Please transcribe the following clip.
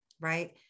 right